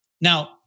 Now